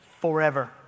forever